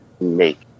make